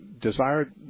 desired